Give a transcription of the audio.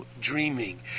dreaming